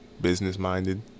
business-minded